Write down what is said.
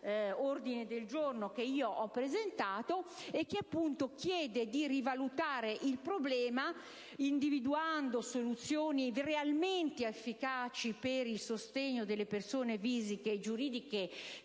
ordine del giorno a mia firma con cui si chiede di rivalutare il problema individuando soluzioni realmente efficaci per il sostegno delle persone fisiche e giuridiche